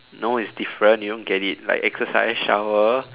no it's different you don't get it like exercise shower